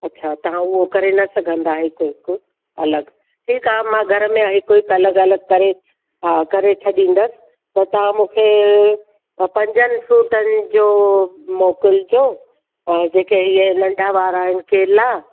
अच्छा तव्हां उहो करे न सघंदा हिकु हिकु अलॻि ठीकु आहे मां घर में हिकु हिकु अलॻि अलॻि करे हा करे छॾींदसि त तव्हां मूंखे त पंजनि फ्रूटनि जो मोकिलिजो ऐं जेके इहे नंढा वारा आहिनि केला